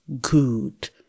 good